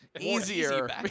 easier